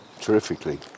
terrifically